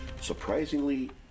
Surprisingly